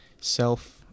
self